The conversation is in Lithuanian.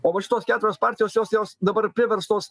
o va šitos keturios partijos jos jos dabar priverstos